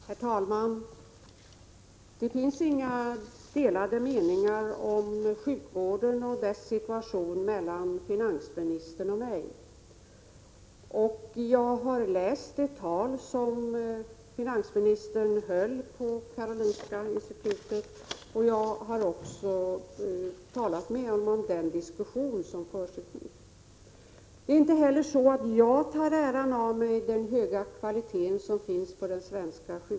Herr talman! Det råder inga delade meningar om sjukvården och dess situation mellan finansministern och mig. Jag har läst det tal som finansministern höll på Karolinska institutet, och jag har också talat med honom om den diskussion som försiggick där. Det är inte heller så att jag tar åt mig äran av den höga kvalitet som finns på den svenska sjukvården.